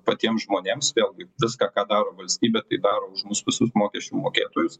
patiems žmonėms vėlgi viską ką daro valstybė tai daro už mūsų visus mokesčių mokėtojus